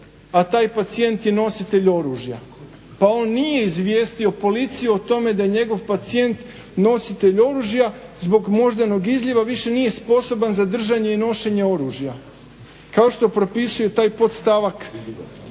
a taj pacijent je nositelj oružja. Pa on nije izvijestio policiju o tome da je njegov pacijent nositelj oružja zbog moždanog izljeva više nije sposoban za držanje i nošenje oružja kao što propisuje taj podstavak,